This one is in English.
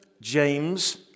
James